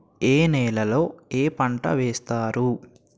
ఏ నేలలో ఏ పంట వేస్తారు?